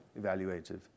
evaluative